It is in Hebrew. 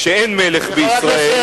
כשאין מלך בישראל,